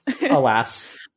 Alas